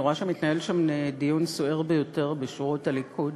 אני רואה שמתנהל שם דיון סוער ביותר בשורות הליכוד.